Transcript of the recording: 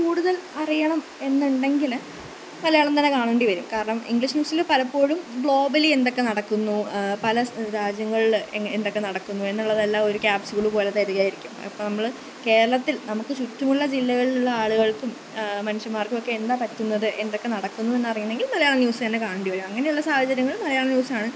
കൂടുതല് അറിയണം എന്നുണ്ടെങ്കിൽ മലയാളം തന്നെ കാണേണ്ടി വരും കാരണം ഇംഗ്ലീഷ് ന്യൂസിൽ പലപ്പോഴും ഗ്ലോബലി എന്തൊക്കെ നടക്കുന്നു പല രാജ്യങ്ങളിൽ എന്തൊക്കെ നടക്കുന്നു എന്നുള്ളതെല്ലാം ഒരു കാപ്സ്യൂള് പോലെ തരികയായിരിക്കും അപ്പോൾ നമ്മൾ കേരളത്തില് നമുക്ക് ചുറ്റുമുള്ള ജില്ലകളിലുള്ള ആളുകള്ക്കും മനുഷ്യന്മാര്ക്കുമൊക്കെ എന്താ പറ്റുന്നത് എന്തൊക്കെ നടക്കുന്നു എന്നറിയണമെങ്കിൽ മലയാളം ന്യൂസ് തന്നെ കാണേണ്ടിവരും അങ്ങനെയുള്ള സാഹചര്യങ്ങളില് മലയാളം ന്യൂസാണ്